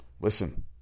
Listen